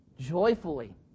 joyfully